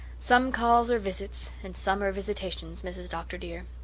some calls are visits and some are visitations, mrs. dr. dear,